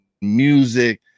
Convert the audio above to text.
music